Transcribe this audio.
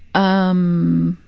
um,